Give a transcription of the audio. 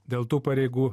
dėl tų pareigų